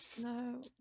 no